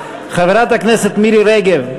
חברת הכנסת מירי רגב,